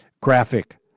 graphic